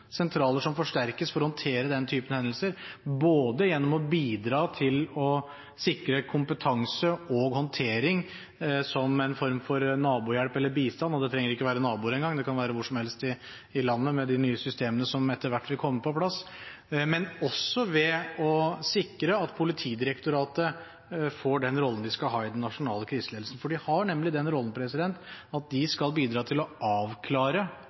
sentraler som forsterkes for å håndtere den typen hendelser, både gjennom å bidra til å sikre kompetanse og håndtering som en form for nabohjelp eller bistand – det trenger ikke være naboer en gang, det kan være hvor som helst i landet med de nye systemene som etter hvert vil komme på plass – og ved å sikre at Politidirektoratet får den rollen de skal ha i den nasjonale kriseledelsen. De har nemlig den rollen at de skal bidra til å avklare